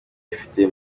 ifite